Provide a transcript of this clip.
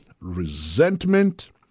resentment